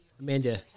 Amanda